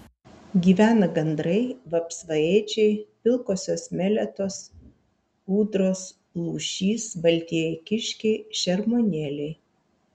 gyvena gandrai vapsvaėdžiai pilkosios meletos ūdros lūšys baltieji kiškiai šermuonėliai